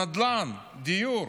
הנדל"ן, דיור.